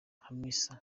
hamisa